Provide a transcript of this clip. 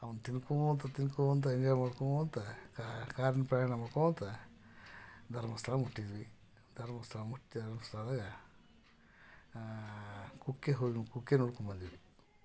ಅವನು ತಿಂದ್ಕೊಳ್ತಾ ತಿಂದ್ಕೊಳ್ತಾ ಎಂಜಾಯ್ ಮಾಡ್ಕೊಳ್ತಾ ಕಾರಿನ ಪ್ರಯಾಣ ಮಾಡ್ಕೊಳ್ತಾ ಧರ್ಮಸ್ಥಳ ಮುಟ್ಟಿದ್ವಿ ಧರ್ಮಸ್ಥಳ ಮುಟ್ಟಿ ಧರ್ಮಸ್ಥಳದಾಗ ಕುಕ್ಕೆ ಹೋಗಿ ಒಂದು ಕುಕ್ಕೆ ನೋಡ್ಕೊಂಡು ಬಂದ್ವಿ